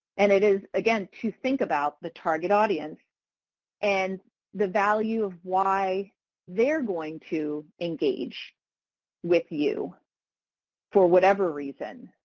and it is again to think about the target audience and the value of why they're going to engage with you for whatever reason.